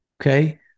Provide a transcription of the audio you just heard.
Okay